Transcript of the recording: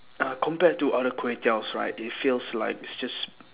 uh compared to other kway teows right it feels like it's just